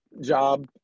job